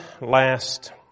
last